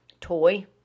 toy